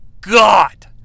God